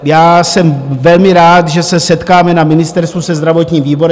Já jsem velmi rád, že se setkáme na ministerstvu se zdravotním výborem.